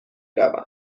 روم